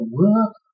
work